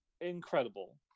Incredible